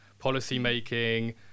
policymaking